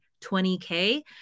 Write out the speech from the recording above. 20K